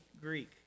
Greek